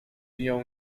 nią